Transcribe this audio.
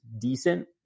decent